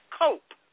cope